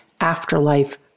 afterlife